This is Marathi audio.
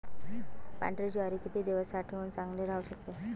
पांढरी ज्वारी किती दिवस साठवून चांगली राहू शकते?